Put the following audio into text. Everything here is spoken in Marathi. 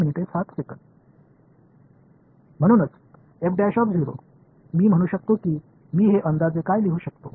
म्हणूनच मी म्हणू शकतो की मी हे अंदाजे काय लिहू शकतो